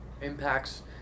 impacts